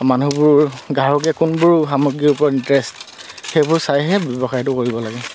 মানুহবোৰ গ্ৰাহকে কোনবোৰ সামগ্ৰীৰ ওপৰত ইণ্টাৰেষ্ট সেইবোৰ চাইহে ব্যৱসায়টো কৰিব লাগে